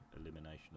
elimination